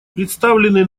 представленный